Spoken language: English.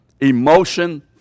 emotion